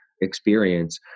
experience